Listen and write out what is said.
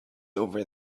over